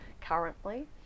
currently